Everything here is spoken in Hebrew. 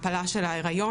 הפלה של ההיריון.